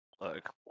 look